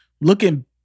looking